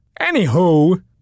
Anywho